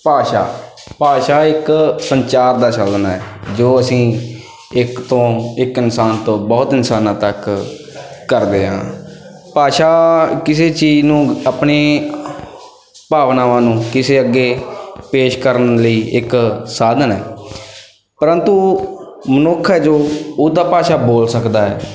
ਭਾਸ਼ਾ ਭਾਸ਼ਾ ਇੱਕ ਸੰਚਾਰ ਦਾ ਸਾਧਨ ਹੈ ਜੋ ਅਸੀਂ ਇੱਕ ਤੋਂ ਇੱਕ ਇਨਸਾਨ ਤੋਂ ਬਹੁਤ ਇਨਸਾਨਾਂ ਤੱਕ ਕਰਦੇ ਹਾਂ ਭਾਸ਼ਾ ਕਿਸੇ ਚੀਜ਼ ਨੂੰ ਆਪਣੀ ਭਾਵਨਾਵਾਂ ਨੂੰ ਕਿਸੇ ਅੱਗੇ ਪੇਸ਼ ਕਰਨ ਲਈ ਇੱਕ ਸਾਧਨ ਹੈ ਪ੍ਰੰਤੂ ਮਨੁੱਖ ਹੈ ਜੋ ਉਹ ਤਾਂ ਭਾਸ਼ਾ ਬੋਲ ਸਕਦਾ ਹੈ